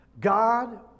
God